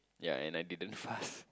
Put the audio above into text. yea and I didn't fast